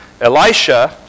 Elisha